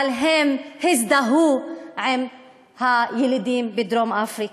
והם הזדהו עם הילדים בדרום-אפריקה.